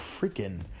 freaking